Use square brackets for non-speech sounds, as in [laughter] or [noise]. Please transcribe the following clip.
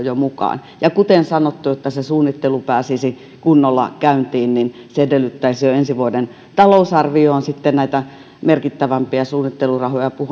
[unintelligible] jo tähän lisätalousarvioon ja kuten sanottu jotta se suunnittelu pääsisi kunnolla käyntiin niin se edellyttäisi jo ensi vuoden talousarvioon näitä merkittävämpiä suunnittelurahoja